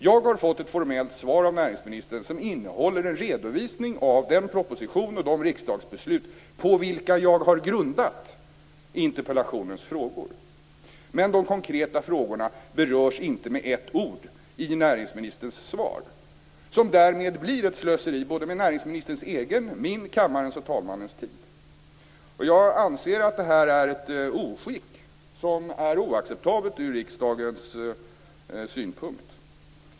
Jag har fått ett formellt svar av näringsministern som innehåller en redovisning av den proposition och de riksdagsbeslut på vilka jag har grundat interpellationens frågor. Men de konkreta frågorna berörs inte med ett ord i näringsministerns svar. Det här blir därmed ett slöseri med både näringsministerns, min, kammarens och talmannens tid. Jag anser att det är ett oskick som ur riksdagens synvinkel är oacceptabelt.